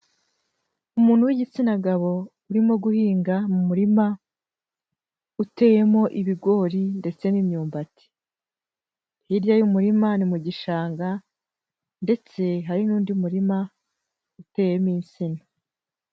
Umuntu w'igitsina gabo urimo guhinga mu murima uteyemo ibigori ndetse n'imyumbati, hirya y'umurima ni mu gishanga ndetse hari n'undi murima uteyemo insina.